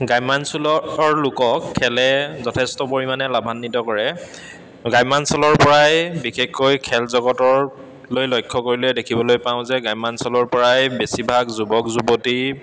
গ্ৰাম্যাঞ্চল অৰ লোকক খেলে যথেষ্ট পৰিমাণে লাভান্বিত কৰে গ্ৰাম্যাঞ্চলৰ পৰাই বিশেষকৈ খেল জগতৰলৈ লক্ষ্য কৰিলে দেখিবলৈ পাওঁ যে গ্ৰাম্যাঞ্চলৰ পৰাই বেছিভাগ যুৱক যুৱতী